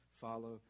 follow